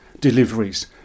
deliveries